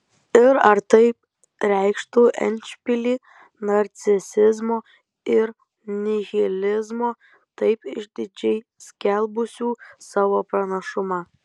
ir ar tai reikštų endšpilį narcisizmo ir nihilizmo taip išdidžiai skelbusių savo pranašumą